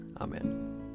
Amen